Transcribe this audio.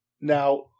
Now